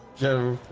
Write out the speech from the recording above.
so